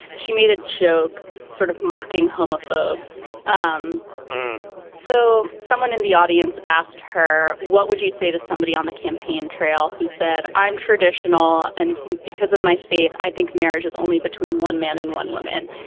she made a joke sort of mocking homophobes. um so someone in the audience asked her what would you say to somebody on the campaign trail who said i'm traditional and because of my faith i think marriage is only between one man and one woman.